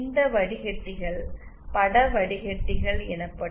இந்த வடிகட்டிகள் பட வடிகட்டிகள் எனப்படும் வடிகட்டிகள் வகையைச் சேர்ந்தவை